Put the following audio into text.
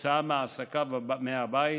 כתוצאה מהעסקה מהבית,